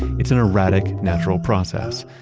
it's an erratic natural process,